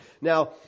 Now